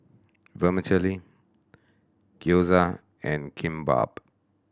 Vermicelli Gyoza and Kimbap